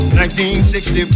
1960